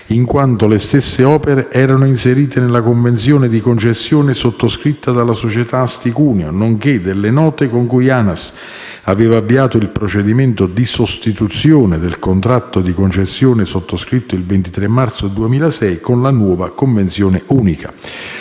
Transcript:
in quanto le stesse opere erano inserite nella convenzione di concessione sottoscritta dalla società Autostrada Asti-Cuneo, nonché delle note con cui ANAS aveva avviato il procedimento di sostituzione del contratto di concessione sottoscritto il 23 marzo 2006 con la nuova convenzione unica.